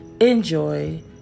enjoy